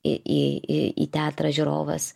į į į į teatrą žiūrovas